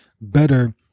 better